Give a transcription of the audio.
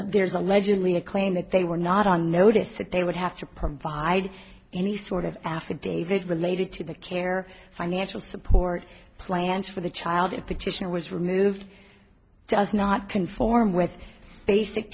there's allegedly a claim that they were not on notice that they would have to provide any sort of affidavit related to the care financial support plans for the child a petition was removed does not conform with basic